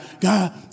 God